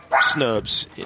snubs